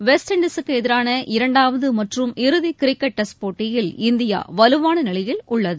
west இண்டீஸூக்கு எதிரான இரண்டாவது மற்றும் இறுதி கிரிக்கெட் டெஸ்ட் போட்டியில் இந்தியா வலுவான நிலையில் உள்ளது